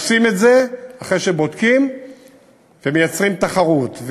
עושים את זה אחרי שבודקים ומייצרים תחרות.